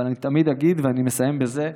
אבל אני תמיד אגיד, ואני מסיים בזה,